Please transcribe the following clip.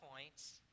points